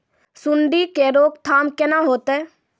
सुंडी के रोकथाम केना होतै?